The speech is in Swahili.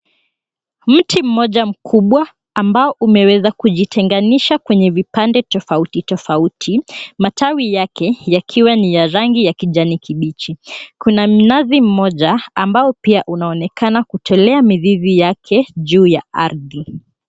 Mti mmoja mkubwa ambao umeweza kujitenganisha kwenye vipande tofauti tofauti matawi yake yakiwa ni ya rangi ya kijani kibichi. Kuna mnazi mmoja ambao pia unaonekana kutolea mizizi yake juu ya ardhi.